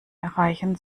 erreichen